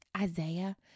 Isaiah